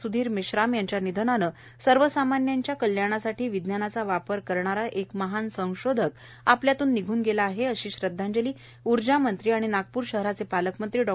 सुधीर मेश्राम यांच्या निधनाने सर्वसामान्यांच्या कल्याणासाठी विज्ञानाचा वापर करणारा एक महान संशोधक आपल्यातून निघून गेला आहे अशी श्रद्धांजली ऊर्जामंत्री आणि नागपूर शहराचे पालकमंत्री डॉ